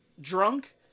drunk